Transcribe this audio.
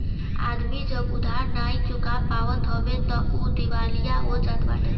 आदमी जब उधार नाइ चुका पावत हवे तअ उ दिवालिया हो जात बाटे